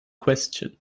question